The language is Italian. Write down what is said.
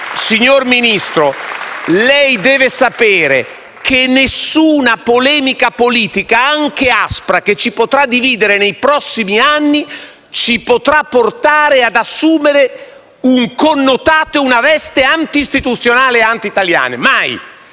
signor Ministro, lei deve sapere che nessuna polemica politica, anche aspra, che ci potrà dividere nei prossimi anni, ci potrà portare ad assumere un connotato e una veste anti-istituzionale e anti-italiana. Mai,